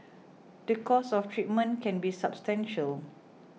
the cost of treatment can be substantial